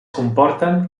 comporten